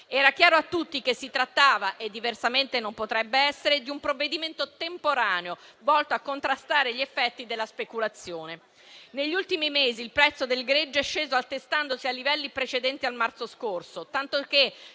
Era chiaro a tutti che si trattava - e diversamente non potrebbe essere - di un provvedimento temporaneo, volto a contrastare gli effetti della speculazione. Negli ultimi mesi il prezzo del greggio è sceso, attestandosi a livelli precedenti a quelli di marzo scorso, tanto che,